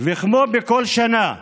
וכמו בכל שנה,